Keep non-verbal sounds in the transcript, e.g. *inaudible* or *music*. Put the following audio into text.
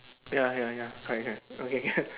ya ya ya correct correct okay *laughs*